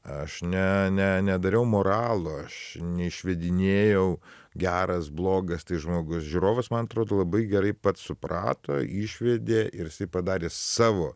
aš ne ne nedariau moralo aš neišvedinėjau geras blogas žmogus žiūrovas man atrodo labai gerai pats suprato išvedė ir padarė savo